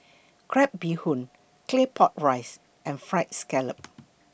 Crab Bee Hoon Claypot Rice and Fried Scallop